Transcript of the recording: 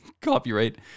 copyright